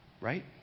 Right